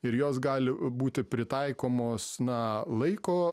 ir jos gali būti pritaikomos na laiko